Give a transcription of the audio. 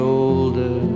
older